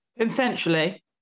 essentially